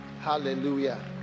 hallelujah